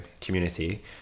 community